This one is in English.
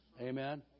amen